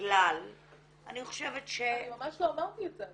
כלל אני חושבת ש- - אבל אני ממש לא אמרתי את זה.